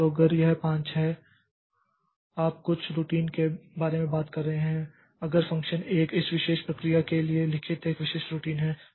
तो अगर यह 5 है आप कुछ रूटीन के बारे में बात कर सकते हैं अगर फ़ंक्शन 1 इस विशेष प्रक्रिया के लिए लिखित एक विशिष्ट रूटीन है